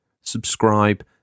subscribe